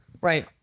Right